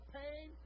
pain